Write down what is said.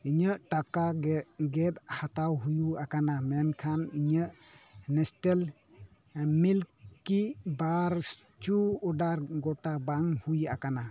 ᱤᱧᱟᱹᱜ ᱴᱟᱠᱟ ᱜᱮᱫ ᱦᱟᱛᱟᱣ ᱦᱩᱭ ᱟᱠᱟᱱᱟ ᱢᱮᱱᱠᱷᱟ ᱤᱧᱟᱹᱜ ᱱᱮᱥᱴᱮᱞ ᱢᱤᱞᱠᱤᱵᱟᱨ ᱪᱷᱩ ᱳᱰᱟᱨ ᱜᱚᱴᱟ ᱵᱟᱝ ᱦᱩᱭ ᱟᱠᱟᱱᱟ